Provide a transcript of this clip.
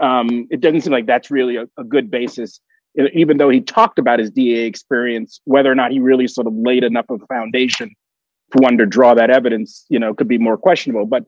it doesn't seem like that's really a good basis in even though he talked about is the experience whether or not he really sort of made enough of a foundation for wonder drug that evidence you know could be more questionable but